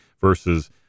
versus